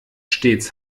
stets